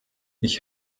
ich